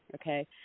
okay